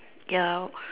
ya